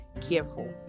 careful